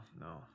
no